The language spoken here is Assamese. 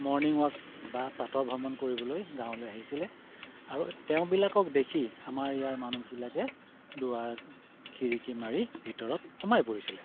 মৰ্ণিং ৱাক বা প্ৰাতঃভ্ৰমণ কৰিবলৈ গাঁৱলৈ আহিছিলে আৰু তেওঁবিলাকক দেখি আমাৰ ইয়াৰ মানুহবিলাকে দুৱাৰ খিৰিকী মাৰি ভিতৰত সোমাই পৰিছিলে